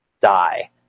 die